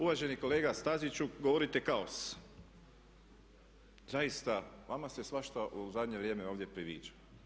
Uvaženi kolega Staziću govorite kaos, zaista vama se svašta u zadnje vrijeme ovdje priviđa.